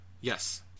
Yes